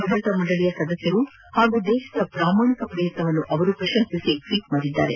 ಭದ್ರತಾ ಮಂಡಳಿಯ ಸದಸ್ಯರೂ ಹಾಗೂ ದೇಶದ ಪ್ರಾಮಾಣಿಕ ಪ್ರಯತ್ನವನ್ನು ಅವರು ಪ್ರಶಂಸಿಸಿ ಟ್ವೀಟ್ ಮಾಡಿದ್ದಾರೆ